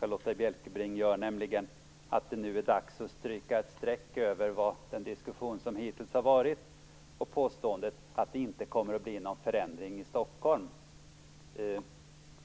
Charlotta L Bjälkebring gör, nämligen att det nu är dags att stryka ett streck över den diskussion som hittills har varit och påståendet att det inte kommer att bli någon förändring i Stockholm.